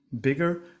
bigger